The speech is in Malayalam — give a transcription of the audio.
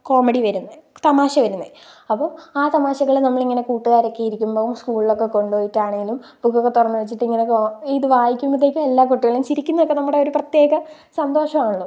കോമഡി വരുന്നത് തമാശ വരുന്നത് അപ്പോൾ ആ തമാശകൾ നമ്മളിങ്ങനെ കൂട്ടുകാരൊക്കെ ഇരിക്കുമ്പോൾ സ്കൂളിലൊക്കെ കൊണ്ടുപോയിട്ടാണെങ്കിലും ബുക്കൊക്കെ തുറന്ന് വെച്ചിട്ട് ഇങ്ങനെ വായിക്കുമ്പോഴത്തേക്കും എല്ലാ കുട്ടികളും ചിരിക്കുന്നതൊക്കെ നമ്മുടെ പ്രത്യേക സന്തോഷം ആണല്ലോ